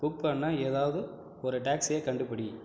book பண்ண ஏதாவது ஒரு டாக்ஸியை கண்டுப்பிடி